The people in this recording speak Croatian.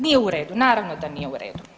Nije u redu, naravno da nije u redu.